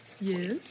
Yes